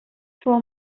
for